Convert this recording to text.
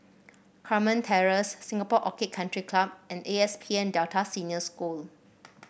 Carmen Terrace Singapore Orchid Country Club and A P S N Delta Senior School